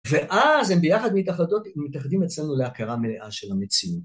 ואז הם ביחד מתאחדים אצלנו להכרה מלאה של המציאות.